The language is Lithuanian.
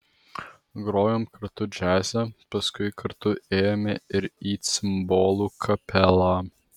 grojom kartu džiaze paskui kartu ėjome ir į cimbolų kapelą